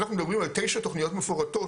אנחנו מדברים על תשע תוכניות מפורטות,